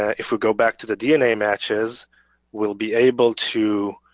ah if we go back to the dna matches we'll be able to